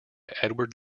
edward